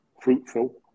fruitful